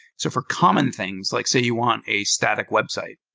so for common things, like say you want a static website.